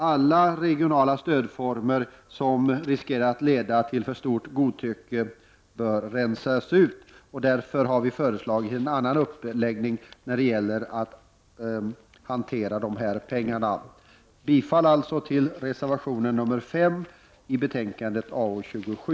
Alla regionala stödformer som riskerar att leda till för stort godtycke bör rensas ut, och därför har vi föreslagit en annan uppläggning när det gäller att hantera dessa pengar. Jag yrkar alltså bifall till reservation nr 5 till betänkandet AU27.